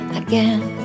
again